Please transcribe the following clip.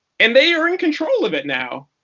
and they are in control of it now.